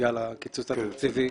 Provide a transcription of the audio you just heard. בגלל הקיצוץ התקציבי,